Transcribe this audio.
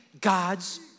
God's